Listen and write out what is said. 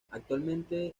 actualmente